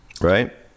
right